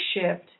shift